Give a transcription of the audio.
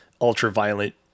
ultra-violent